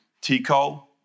Tico